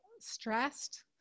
stressed